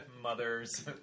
mothers